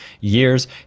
years